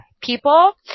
people